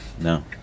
No